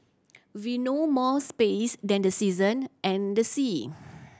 we know more space than the season and the sea